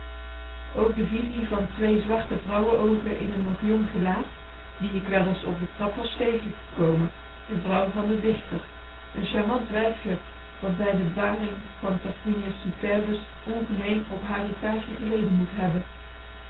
ook de visie van twee zwarte vrouwen jong gelaat die k wel eens op de trap was tegenge ogeni komen de vrouw van den dichter n charmant wijfje dat bij de baring van tarquinius superbus ongemeen op haar étage geleden moest hebben